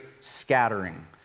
scattering